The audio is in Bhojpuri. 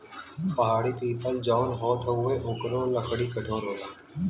पहाड़ी पीपल जौन होत हउवे ओकरो लकड़ी कठोर होला